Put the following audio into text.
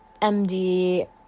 md